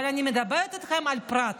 אבל אני מדברת איתכם על פרט,